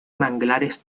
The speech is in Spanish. manglares